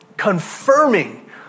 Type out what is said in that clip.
Confirming